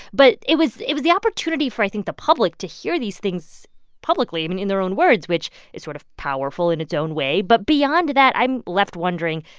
but it was it was the opportunity for, i think, the public to hear these things publicly, and in their own words, which is sort of powerful in its own way. but beyond that, i'm left wondering,